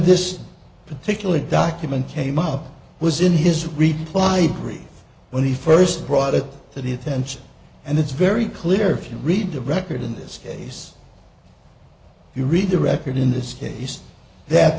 this particular document came up was in his reply brief when he first brought it to the attention and it's very clear if you read the record in this case you read the record in this case that